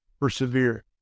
persevere